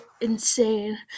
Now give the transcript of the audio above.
insane